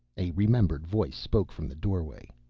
a remembered voice spoke from the doorway.